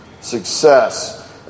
success